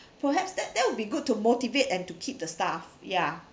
perhaps that that will be good to motivate and to keep the staff yeah